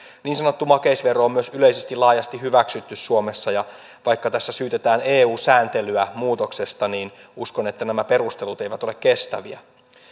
niin sanottu makeisvero on myös yleisesti laajasti hyväksytty suomessa ja vaikka tässä syytetään eu sääntelyä muutoksesta niin uskon että nämä perustelut eivät ole kestäviä